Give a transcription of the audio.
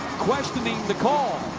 questioning the call.